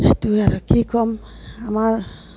সেইটোৱে আৰু কি ক'ম আমাৰ